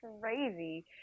crazy